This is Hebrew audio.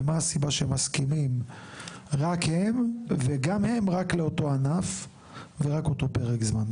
ומה הסיבה שהם מסכימים רק הם וגם הם רק לאותו ענף ורק אותו פרק זמן.